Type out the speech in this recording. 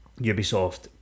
Ubisoft